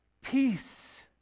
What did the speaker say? Peace